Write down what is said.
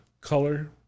color